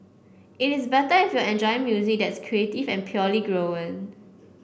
it is better if you're enjoying music that's creative and purely grown